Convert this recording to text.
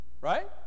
Right